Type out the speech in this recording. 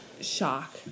shock